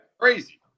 Crazy